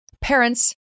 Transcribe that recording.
Parents